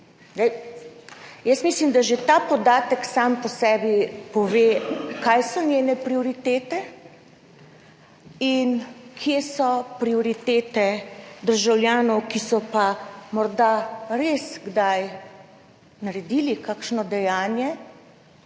jaz mislim, da že ta podatek sam po sebi pove kaj so njene prioritete in kje so prioritete državljanov, ki so pa morda res kdaj naredili kakšno dejanje,